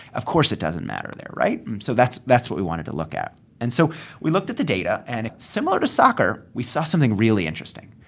of course, it doesn't matter there, right? so that's that's what we wanted to look at and so we looked at the data. and similar to soccer, we saw something really interesting,